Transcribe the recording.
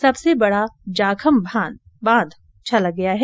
सबसे बडा जाखम बांध छलक गया है